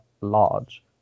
large